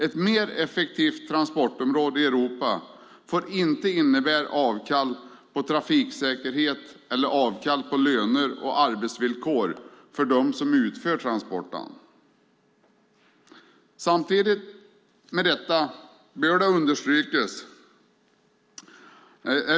Ett mer effektivt transportområde i Europa får inte innebära avkall på trafiksäkerhet eller avkall på löner och arbetsvillkor för dem som utför transporterna.